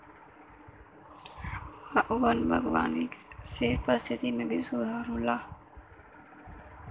वन बागवानी से पारिस्थिकी में भी सुधार होला